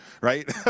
right